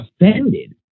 offended